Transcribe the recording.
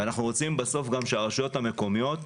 בסוף אנחנו גם רוצים שהרשויות המקומיות,